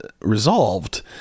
resolved